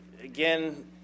Again